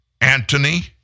Anthony